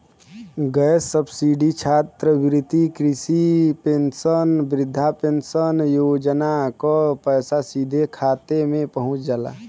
gas subsidy छात्रवृत्ति किसान pension वृद्धा पेंशन योजना क पैसा सीधे खाता में पहुंच जाला